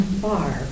far